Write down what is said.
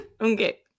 Okay